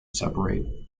separate